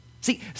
See